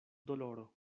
doloro